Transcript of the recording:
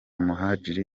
muhadjili